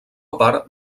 part